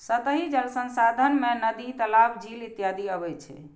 सतही जल संसाधन मे नदी, तालाब, झील इत्यादि अबै छै